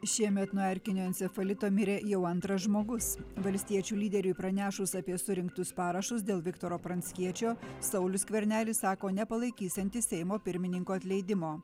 šiemet nuo erkinio encefalito mirė jau antras žmogus valstiečių lyderiui pranešus apie surinktus parašus dėl viktoro pranckiečio saulius skvernelis sako nepalaikysiantis seimo pirmininko atleidimo